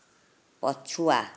ପଛୁଆ